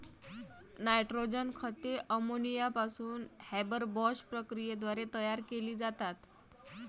nitrogen खते ammonia पासून Haber Bosch प्रक्रियेद्वारे तयार केली जातात